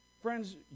Friends